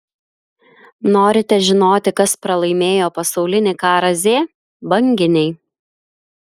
norite žinoti kas pralaimėjo pasaulinį karą z banginiai